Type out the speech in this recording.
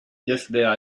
yesterday